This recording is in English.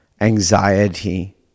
Anxiety